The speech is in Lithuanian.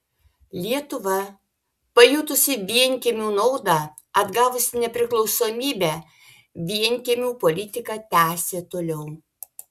lietuva pajutusi vienkiemių naudą atgavusi nepriklausomybę vienkiemių politiką tęsė toliau